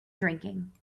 drinking